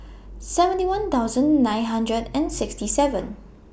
seventy one thousand nine hundred and sixty seven